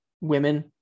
women